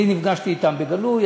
אני נפגשתי אתם בגלוי,